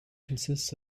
consists